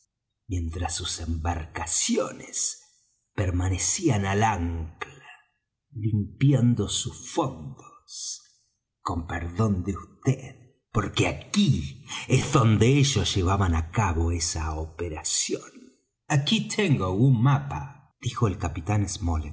mientras sus embarcaciones permanecían al ancla limpiando sus fondos con perdón de vd porque aquí es donde ellos llevaban á cabo esa operación aquí tengo un mapa dijo el capitán